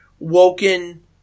Woken